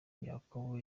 yakobo